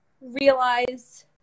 realize